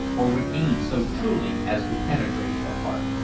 or would aim so truly as to penetrate the heart.